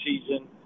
season